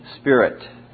Spirit